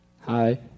Hi